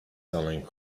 selling